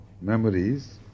memories